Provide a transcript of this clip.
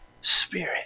Spirit